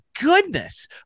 goodness